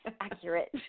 accurate